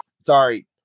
sorry